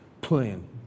playing